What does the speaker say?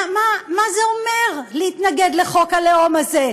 מה זה אומר להתנגד לחוק הלאום הזה?